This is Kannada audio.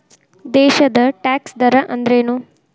ದೇಶದ್ ಟ್ಯಾಕ್ಸ್ ದರ ಅಂದ್ರೇನು?